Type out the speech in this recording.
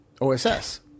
OSS